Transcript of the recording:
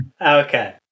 Okay